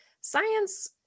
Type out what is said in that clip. science